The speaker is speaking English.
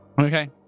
Okay